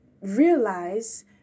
realize